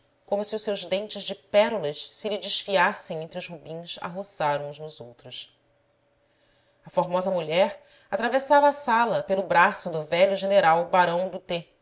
como se os seus dentes de pérolas se lhe desfiassem entre os rubins a roçar uns nos outros a formosa mulher atravessava a sala pelo braço do velho general barão do t que